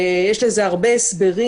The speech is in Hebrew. יש לזה הרבה הסברים.